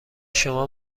شما